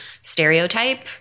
stereotype